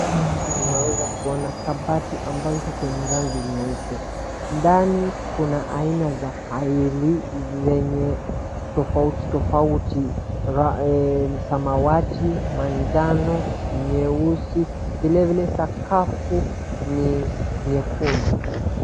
Unaweza kuona kabati ambayo iko kwenye rangi nyeupe. Ndani kuna aina za faili zenye tofauti tofauti, samawati, manjano, nyeusi na vilevile sakafu ni nyekundu.